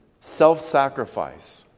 Self-sacrifice